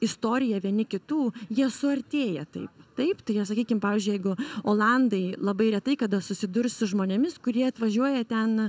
istorija vieni kitų jie suartėja tai taip tai jie sakykim pavyzdžiui jeigu olandai labai retai kada susidurs su žmonėmis kurie atvažiuoja ten